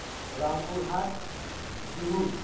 Rampur ᱦᱟᱴ Siuri